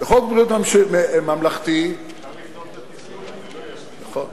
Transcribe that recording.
בחוק ביטוח בריאות ממלכתי, אפשר לפנות, נכון.